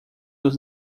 nos